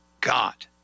God